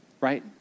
Right